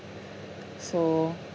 so